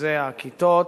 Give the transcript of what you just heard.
שזה הכיתות,